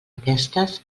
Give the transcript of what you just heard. aquestes